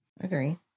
Agree